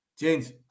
James